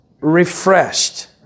refreshed